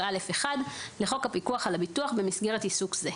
15(א1) לחוק הפיקוח על הביטוח במסגרת עיסוק זה.